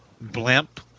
blimp